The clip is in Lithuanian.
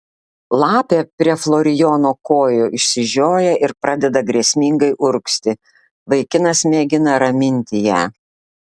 lapė prie florijono kojų išsižioja ir pradeda grėsmingai urgzti vaikinas mėgina raminti ją